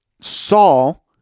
Saul